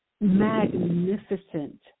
magnificent